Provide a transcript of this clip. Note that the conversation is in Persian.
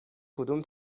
کدوم